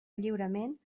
lliurement